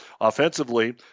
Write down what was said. Offensively